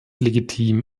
legitim